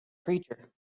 creature